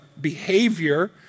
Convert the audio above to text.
behavior